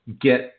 get